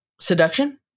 Seduction